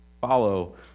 Follow